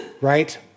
right